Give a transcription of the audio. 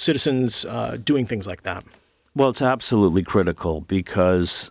citizens doing things like that well it's absolutely critical because